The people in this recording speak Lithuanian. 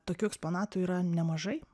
tokių eksponatų yra nemažai